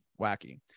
wacky